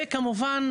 וכמובן,